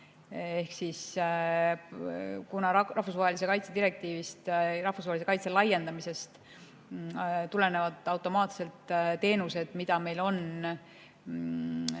Eestis. Rahvusvahelise kaitse direktiivist ja rahvusvahelise kaitse laiendamisest tulenevad automaatselt teenused, mida meil on